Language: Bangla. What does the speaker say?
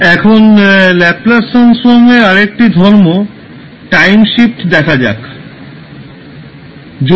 এখন ল্যাপলাস ট্রান্সফর্মের আরেকটি ধর্ম টাইম শিফট দেখা যাক